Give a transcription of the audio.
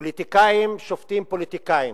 פוליטיקאים שופטים פוליטיקאים.